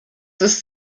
ist